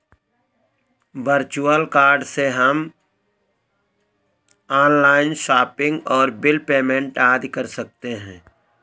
virtual card से हम online shopping और बिल पेमेंट आदि कर सकते है